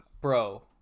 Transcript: Bro